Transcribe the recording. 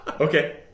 Okay